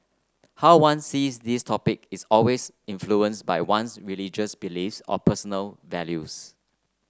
how one sees these topic is always influenced by one's religious beliefs or personal values